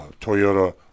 Toyota